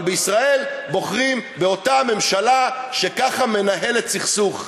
אבל בישראל בוחרים באותה ממשלה שככה מנהלת סכסוך.